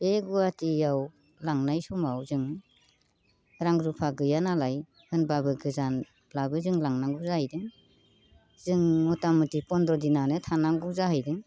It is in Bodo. बे गुवाहाटियाव लांनाय समाव जों रां रुफा गैया नालाय होनब्लाबो जों गोजानब्लाबो जों लांनांगौ जाहैदों जों मथामथि फन्द्र दिनानो थानांगौ जाहैदों